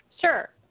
Sure